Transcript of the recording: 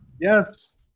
yes